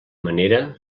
manera